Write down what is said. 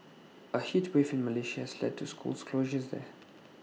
A heat wave in Malaysia's led to schools closures there